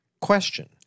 Question